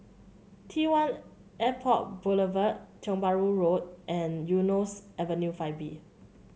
T One Airport Boulevard Tiong Bahru Road and Eunos Avenue Five B